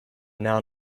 now